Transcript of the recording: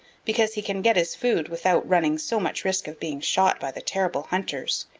because he can get his food without running so much risk of being shot by the terrible hunters.